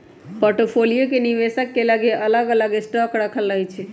portfolio निवेशक के लगे अलग अलग स्टॉक राखल रहै छइ